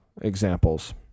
examples